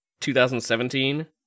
2017